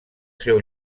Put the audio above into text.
seu